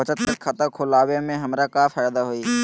बचत खाता खुला वे में हमरा का फायदा हुई?